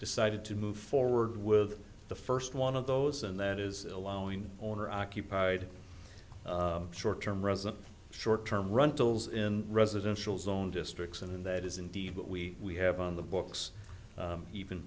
decided to move forward with the first one of those and that is allowing owner occupied short term resident short term run tolls in residential zone districts and that is indeed what we have on the books even